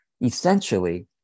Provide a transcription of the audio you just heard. Essentially